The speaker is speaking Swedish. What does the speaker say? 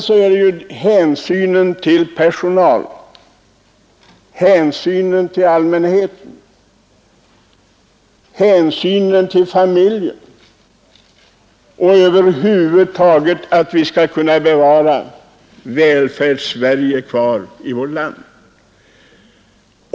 Måste man inte ta hänsyn till personalen, till allmänheten, till familjen och över huvud taget till våra möjligheter att bevara Välfärdssverige?